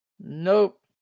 Nope